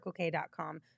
CircleK.com